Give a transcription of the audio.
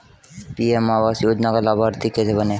PM आवास योजना का लाभर्ती कैसे बनें?